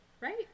Right